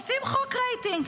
עושים חוק רייטינג,